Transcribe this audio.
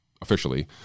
officially